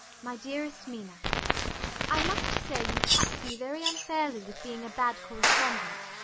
my dearest mina i must say you tax me very unfairly with being a bad correspondent.